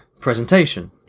presentation